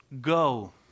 Go